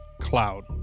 cloud